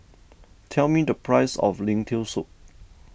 tell me the price of Lentil Soup